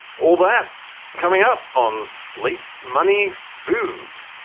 all that coming up on sleep. money. food.